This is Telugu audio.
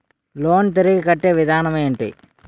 లోన్ తిరిగి కట్టే విధానం ఎంటి?